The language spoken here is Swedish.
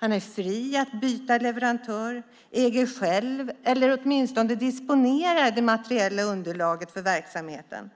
Han är fri att byta leverantör, äger själv, eller åtminstone disponerar, det materiella underlaget för verksamheten.